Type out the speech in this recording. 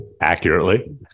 Accurately